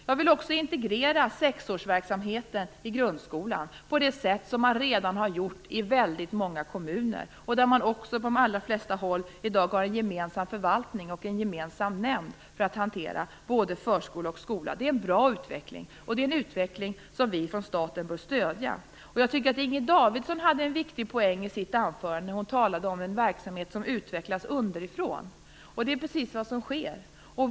Jag vill också integrera sexårsverksamheten i grundskolan på det sätt som man redan har gjort i väldigt många kommuner, där man också på de allra flesta håll i dag har en gemensam förvaltning och en gemensam nämnd för att hantera både förskola och skola. Det är en bra utveckling och en utveckling som vi från statens sida bör stödja. Jag tycker att Inger Davidson hade en viktig poäng i sitt anförande när hon talade om en verksamhet som utvecklas underifrån. Det är precis vad som sker.